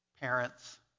parents